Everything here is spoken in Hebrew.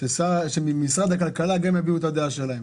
שגם משרד הכלכלה יביעו את הדעה שלהם,